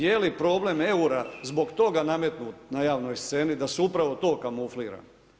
Je li problem eura zbog toga nametnut na javnoj sceni da se upravo to kamuflira?